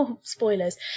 spoilers